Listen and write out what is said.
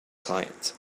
client